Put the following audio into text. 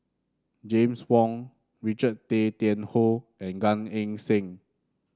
James Wong Richard Tay Tian Hoe and Gan Eng Seng